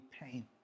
pain